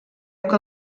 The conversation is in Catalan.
que